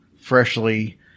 freshly